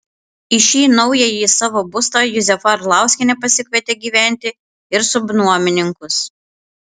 į šį naująjį savo būstą juzefa arlauskienė pasikvietė gyventi ir subnuomininkus